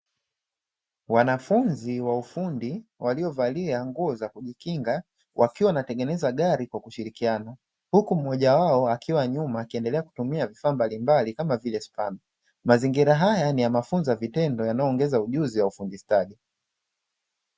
Wanafunzi wa ufundi waliovalia nguo za kujikinga, wakiwa wanatengeneza gari kwa kushirikiana; huku mmoja wao akiwa nyuma akiendelea kutumia vifaa mbalimbali kama vile spana, mazingira haya ni ya mafunzo ya vitendo yanayoongeza ujuzi wa ufundi stadi.